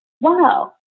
wow